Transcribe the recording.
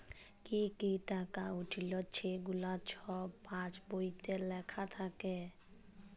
কি কি টাকা উইঠল ছেগুলা ছব পাস্ বইলে লিখ্যা থ্যাকে